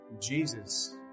Jesus